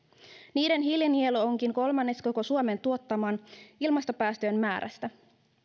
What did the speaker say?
niiden hiilinielu onkin kolmannes koko suomen tuottamien ilmastopäästöjen määrästä